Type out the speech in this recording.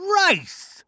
rice